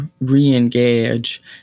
re-engage